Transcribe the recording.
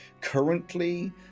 Currently